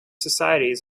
societies